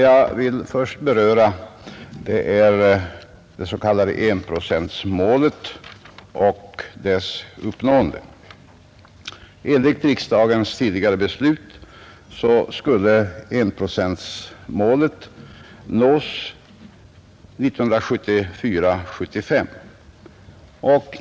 Jag vill först beröra det s.k. enprocentsmålet och dess uppnående. Enligt riksdagens tidigare beslut skulle enprocentsmålet nås 1974/1975.